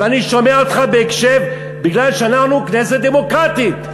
ואני שומע אותך בקשב מפני שאנחנו כנסת דמוקרטית.